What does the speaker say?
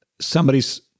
somebody's